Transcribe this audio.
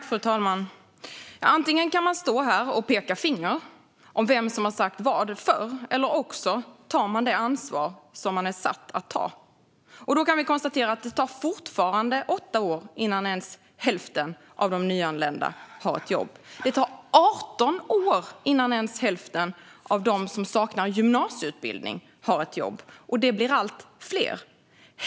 Fru talman! Antingen kan man stå här och peka finger och tala om vem som sa vad förr, eller så tar man det ansvar som man är satt att ta. Vi kan konstatera att det fortfarande tar åtta år innan ens hälften av de nyanlända har ett jobb. Det tar 18 år innan ens hälften av dem som saknar gymnasieutbildning har ett jobb, och de blir allt fler.